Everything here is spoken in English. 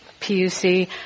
PUC